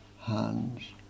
hands